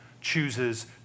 chooses